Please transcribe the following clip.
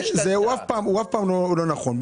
אף פעם לא נכון.